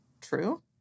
true